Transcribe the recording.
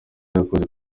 yakoze